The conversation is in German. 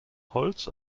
holz